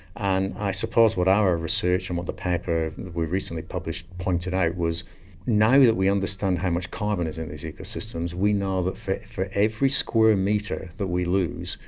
and i suppose what our research and what the paper and that we recently published pointed out was now that we understand how much carbon is in these ecosystems, we know that for for every square ah metre that we lose,